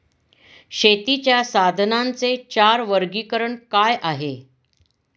शेतीच्या साधनांचे चार वर्गीकरण काय आहे?